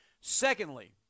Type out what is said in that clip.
Secondly